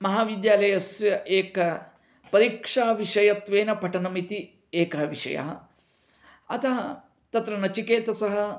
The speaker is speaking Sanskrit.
महाविद्यालयस्य एक परीक्षाविषयत्वेन पठनम् इति एकः विषयः अतः तत्र नचिकेतसः